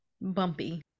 Bumpy